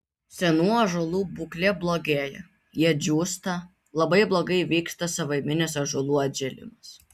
senų ąžuolų būklė blogėja jie džiūsta labai blogai vyksta savaiminis ąžuolų atžėlimas